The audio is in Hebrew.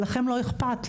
אבל לכם לא אכפת,